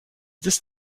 this